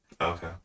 Okay